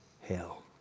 hell